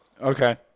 Okay